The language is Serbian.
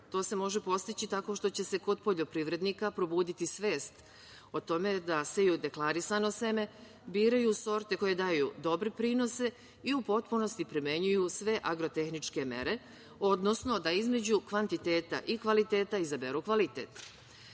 To se može postići tako što će se kod poljoprivrednika probuditi svest o tome da se i u deklarisano seme biraju sorte koje daju dobre prinose i u potpunosti primenjuju sve agro-tehničke mere, odnosno da između kvantiteta i kvaliteta izaberu kvalitet.